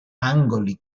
angoli